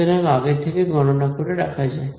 সুতরাং আগে থেকে গণনা করে রাখা যায়